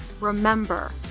remember